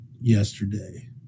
yesterday